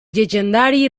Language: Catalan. llegendari